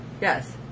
Yes